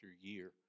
year